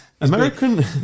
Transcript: American